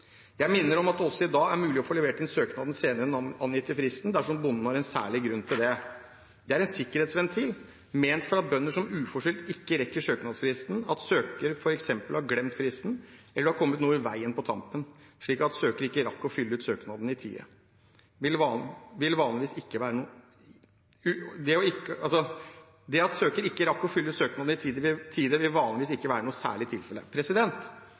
det også i dag er mulig å få levert inn søknaden senere enn den angitte fristen dersom bonden har en særlig grunn til det. Dette er en sikkerhetsventil ment for bønder som uforskyldt ikke rekker søknadsfristen. At søker f.eks. har glemt fristen, eller at det har kommet noe i veien på tampen, slik at søker ikke rakk å fylle ut søknaden i tide, vil vanligvis ikke være noe særlig tilfelle. Til tross for at jeg mener at det ikke er mangler ved selve systemet, varslet jeg i går at jeg vil